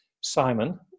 Simon